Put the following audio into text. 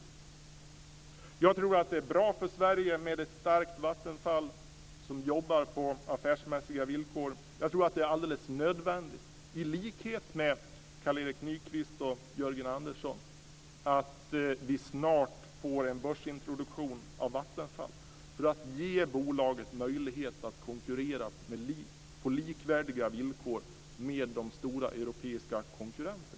Jag tror att det är bra för Sverige med ett starkt Vattenfall som jobbar på affärsmässiga villkor. Jag tror att det är alldeles nödvändigt, i likhet med Carl Erik Nyqvist och Jörgen Andersson, att vi snart får en börsintroduktion av Vattenfall för att ge bolaget möjlighet att konkurrera på likvärdiga villkor med de stora europeiska konkurrenterna.